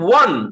one